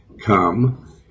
come